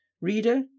Reader